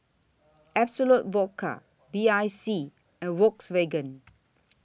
Absolut Vodka B I C and Volkswagen